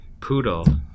poodle